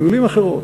במילים אחרות,